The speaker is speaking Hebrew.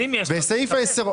אם יש לו הוצאות אז הוא מקבל.